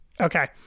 Okay